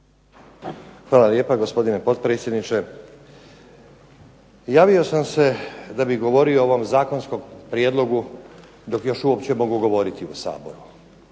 Hvala lijepo gospodine potpredsjedniče. Javio sam se da bi govorio o ovom zakonskom prijedlogu dok još uopće mogu govoriti u Saboru,